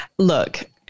Look